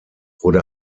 wurde